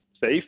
safe